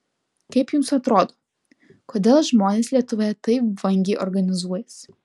kaip jums atrodo kodėl žmonės lietuvoje taip vangiai organizuojasi